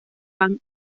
pan